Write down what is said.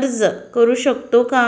अर्ज करू शकतो का?